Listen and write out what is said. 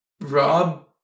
Rob